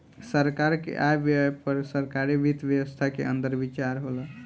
सरकार के आय व्यय पर सरकारी वित्त व्यवस्था के अंदर विचार होला